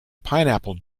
pineapple